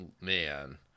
man